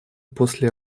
после